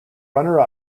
runner